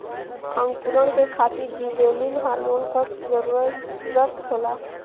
अंकुरण के खातिर जिबरेलिन हार्मोन क जरूरत होला